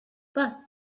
but